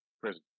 prison